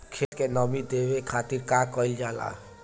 खेत के नामी देवे खातिर का कइल जाला?